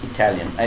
Italian